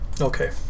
Okay